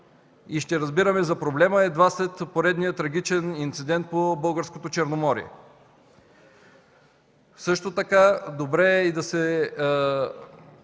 Ще разбираме за проблема едва след поредния трагичен инцидент по българското Черноморие. Също така е добре да се